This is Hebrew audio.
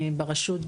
ברשות,